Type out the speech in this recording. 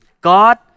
God